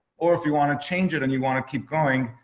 or if you want to change it and you want to keep going.